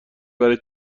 برای